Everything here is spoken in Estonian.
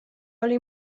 oli